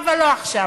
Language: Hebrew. אבל לא עכשיו.